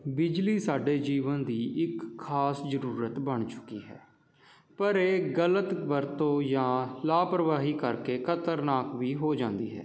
ਬਿਜਲੀ ਸਾਡੇ ਜੀਵਨ ਦੀ ਇੱਕ ਖਾਸ ਜ਼ਰੂਰਤ ਬਣ ਚੁੱਕੀ ਹੈ ਪਰ ਇਹ ਗਲਤ ਵਰਤੋਂ ਜਾਂ ਲਾਪਰਵਾਹੀ ਕਰਕੇ ਖਤਰਨਾਕ ਵੀ ਹੋ ਜਾਂਦੀ ਹੈ